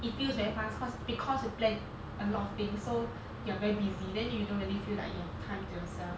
it feels very fast cause because we plan a lot of thing so ya very busy then you don't really feel like you have time to yourself